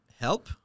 help